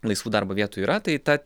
laisvų darbo vietų yra tai ta